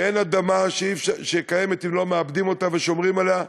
ואין אדמה שקיימת אם לא מעבדים אותה ושומרים עליה,